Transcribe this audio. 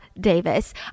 Davis